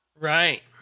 Right